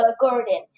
garden